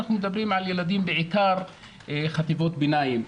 אנחנו מדברים בעיקר על גילאי חטיבות הביניים,